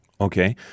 Okay